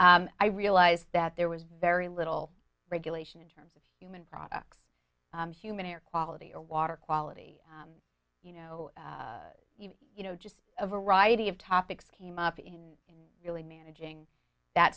i realized that there was very little regulation in terms of human products human air quality or water quality you know you know just a variety of topics came up in really managing that